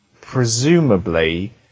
presumably